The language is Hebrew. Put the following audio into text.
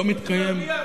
לא מתקיים.